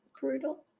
brutal